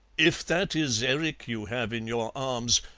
if that is erik you have in your arms,